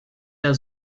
der